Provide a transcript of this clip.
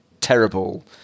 terrible